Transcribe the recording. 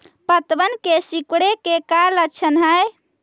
पत्तबन के सिकुड़े के का लक्षण हई?